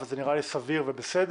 וזה נראה לי סביר ובסדר,